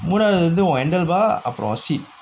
மூனாவது வந்து உன்:moonaavathu vanthu un handle bar and seat